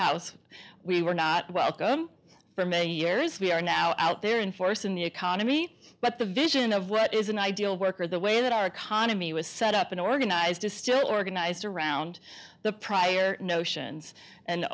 house we were not welcome for many years we are now out there in force in the economy but the vision of what is an ideal worker the way that our economy was set up in organized is still organized around the prior notions and